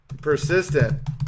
persistent